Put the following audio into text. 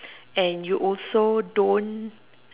and you also don't